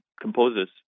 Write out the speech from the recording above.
composers